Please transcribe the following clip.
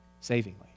savingly